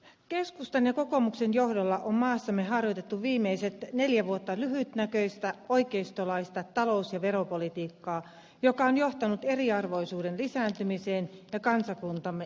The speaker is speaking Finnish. keskustan ja kokoomuksen johdolla on maassamme harjoitettu viimeiset neljä vuotta lyhytnäköistä oikeistolaista talous ja veropolitiikkaa joka on johtanut eriarvoisuuden lisääntymiseen ja kansakuntamme jakautumiseen